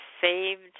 saved